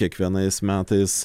kiekvienais metais